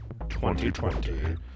2020